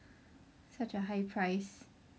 such a high price